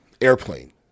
Airplane